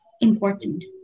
important